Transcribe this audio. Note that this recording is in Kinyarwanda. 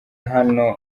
hano